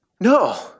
no